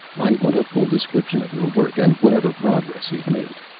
i want a full description of your work and whatever progress you've made.